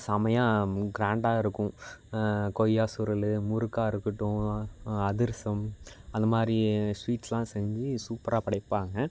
செம்மையா கிராண்டா இருக்கும் கொய்யா சுருள் முறுக்காயிருக்கட்டும் அதிரசம் அந்த மாதிரி ஸ்வீட்ஸுலாம் செஞ்சு சூப்பராக படைப்பாங்க